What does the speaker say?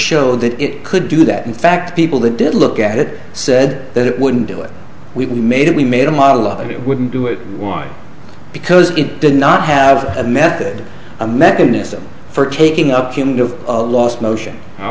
showed that it could do that in fact people that did look at it said that it wouldn't do it we made it we made a model of it wouldn't do it why because it did not have a method a mechanism for taking up human of last motion